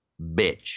bitch